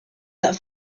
that